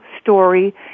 story